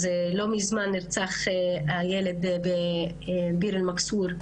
אז לא מזמן נרצח הילד בביר אל-מכסור.